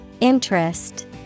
Interest